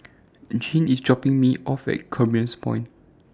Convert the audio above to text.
Jean IS dropping Me off At Commerce Point